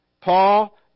Paul